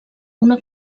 una